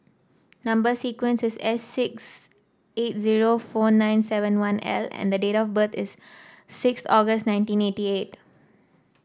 number sequence is S six eight zero four nine seven one L and date of birth is six August nineteen eighty eight